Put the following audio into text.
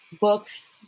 books